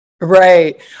Right